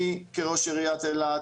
אני כראש עיריית אילת,